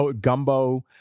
Gumbo